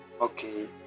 Okay